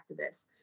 activists